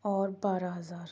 اور بارہ ہزار